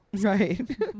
Right